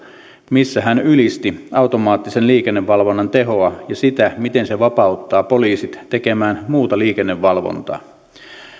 missä hän ylisti automaattisen liikennevalvonnan tehoa ja sitä miten se vapauttaa poliisit tekemään muuta liikennevalvontaa